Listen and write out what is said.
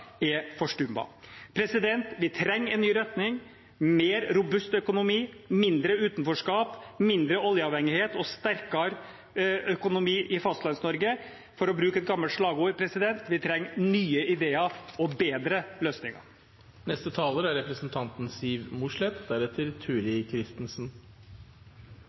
er forstummet. Vi trenger en ny retning, en mer robust økonomi, mindre utenforskap, mindre oljeavhengighet og sterkere økonomi i Fastlands-Norge. For å bruke et gammelt slagord: Vi trenger nye ideer og bedre løsninger.